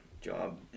job